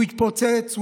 הוא יתפוצץ,